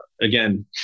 again